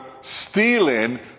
stealing